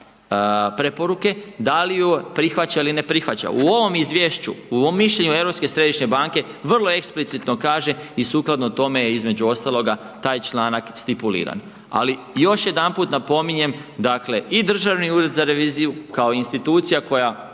preporuke, da li ju prihvaća ili ne prihvaća. U ovom izvješću, u mišljenju Europske središnje banke, vrlo eksplicitno kaže i sukladno tome je, između ostaloga taj članak stipuliran. Ali, još jedanput napominjem, dakle, i DUR, kao institucija koja